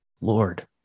Lord